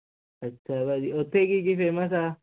ਅੱਛਾ ਭਾਅ ਜੀ ਉਥੇ ਕੀ ਕੀ ਫੇਮਸ ਆ